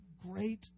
great